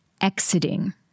exiting